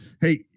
Hey